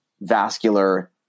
vascular